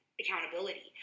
accountability